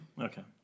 Okay